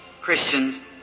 Christians